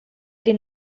den